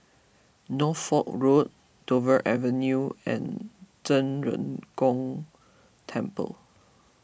Norfolk Road Dover Avenue and Zhen Ren Gong Temple